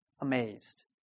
amazed